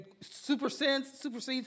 supersedes